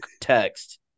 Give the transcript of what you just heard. text